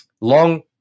Long